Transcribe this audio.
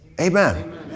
Amen